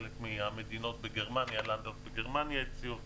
חלק מהמדינות בגרמניה הציעו אותו.